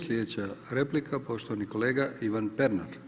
Sljedeća replika poštovani kolega Ivan Pernar.